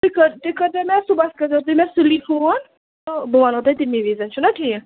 تُہۍ کٔرۍ کٔرۍزیو مےٚ صُبحَس کٔرۍزیو تُہۍ مےٚ سُلی فون تہٕ بہٕ ونو تۄہہِ تَمی وِزٮ۪ن چھُنہ ٹھیٖک